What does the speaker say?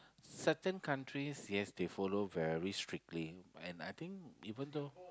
certain countries yes they follow very strictly and I think even though